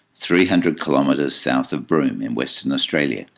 three hundred kilometres south of broome in western australia,